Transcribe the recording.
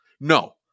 No